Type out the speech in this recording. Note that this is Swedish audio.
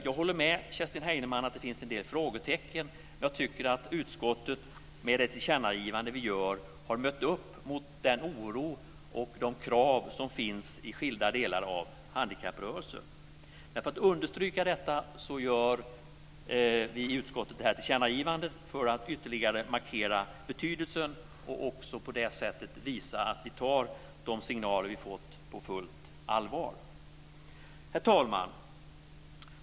Jag håller med Kerstin Heinemann om att det finns en del frågetecken. Jag tycker att utskottet med det tillkännagivande vi gör har mött upp den oro och de krav som finns i skilda delar av handikapprörelsen. För att understryka detta gör vi i utskottet det här tillkännagivandet för att ytterligare markera betydelsen och visa att vi tar de signaler vi fått på fullt allvar. Herr talman!